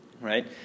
right